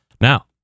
Now